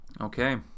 okay